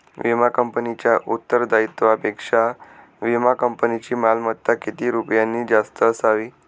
विमा कंपनीच्या उत्तरदायित्वापेक्षा विमा कंपनीची मालमत्ता किती रुपयांनी जास्त असावी?